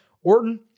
Orton